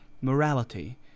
morality